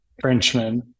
Frenchman